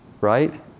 right